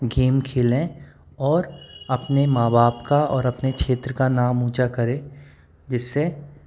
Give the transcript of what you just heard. game खेलें और अपने माँ बाप का और अपने क्षेत्र का नाम ऊँचा करे जिस से